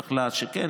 היא יכלה כן,